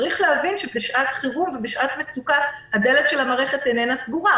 צריך להבין שבשעת חירום ובשעת מצוקה הדלת של המערכת איננה סגורה,